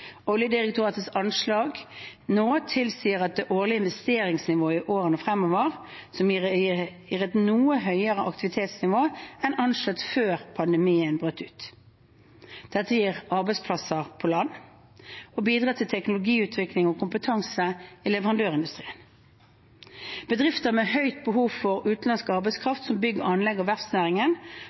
Oljedirektoratets anslag nå tilsier et årlig investeringsnivå i årene fremover som gir et noe høyere aktivitetsnivå enn anslått før pandemien brøt ut. Dette gir arbeidsplasser på land og bidrar til teknologiutvikling og kompetanse i leverandørindustrien. Bedrifter med stort behov for utenlandsk arbeidskraft, som i bygg og anlegg og verftsnæringen,